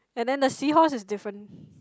and then the seahorse is different